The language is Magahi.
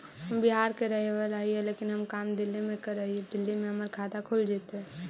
हम बिहार के रहेवाला हिय लेकिन हम काम दिल्ली में कर हिय, दिल्ली में हमर खाता खुल जैतै?